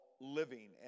living